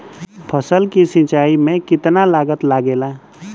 फसल की सिंचाई में कितना लागत लागेला?